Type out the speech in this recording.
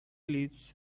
lists